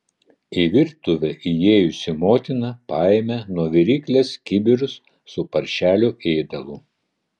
į virtuvę įėjusi motina paėmė nuo viryklės kibirus su paršelių ėdalu